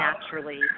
naturally